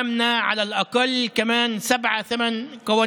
לדוגמה גיור מאיר פנים, גיור